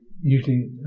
usually